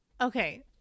Okay